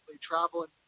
traveling